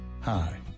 Hi